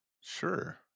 Sure